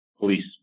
Police